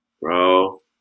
bro